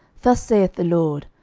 thus saith the lord,